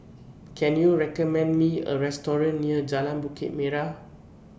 Can YOU recommend Me A Restaurant near Jalan Bukit Merah